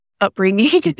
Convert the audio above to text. upbringing